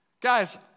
guys